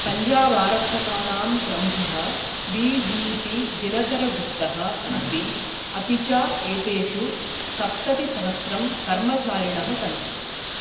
पञ्जाब् आरक्षकाणां प्रमुखः D G P दिनकरगुप्तः अस्ति अपि च एतेषु सप्ततिसहस्रं कर्मचारिणः सन्ति